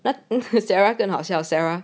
sarah 很好笑 sarah